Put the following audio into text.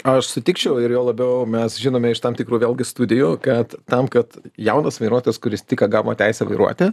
aš sutikčiau ir juo labiau mes žinome iš tam tikrų vėlgi studijų kad tam kad jaunas vairuotojas kuris tik ką gavo teisę vairuoti